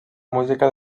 música